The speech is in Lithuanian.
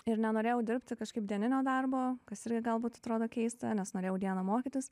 ir nenorėjau dirbti kažkaip dieninio darbo kas irgi galbūt atrodo keista nes norėjau dieną mokytis